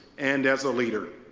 and as a leader.